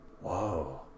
whoa